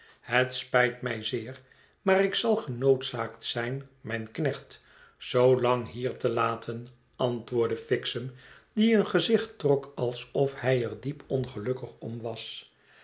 het spijt mij zeer maar ik zal genoodzaakt zijn mijn knecht zoolang hier te laten antwoordde fixem die een gezicht trok alsof hij er diep ongelukkig om was